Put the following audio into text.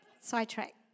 sidetrack